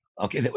Okay